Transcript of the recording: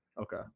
Okay